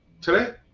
today